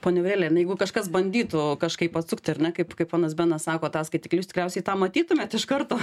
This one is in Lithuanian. ponia aurelija na jeigu kažkas bandytų kažkaip atsukti ar ne kaip kaip ponas benas sako tą skaitiklį jūs tikriausiai tą matytumėt iš karto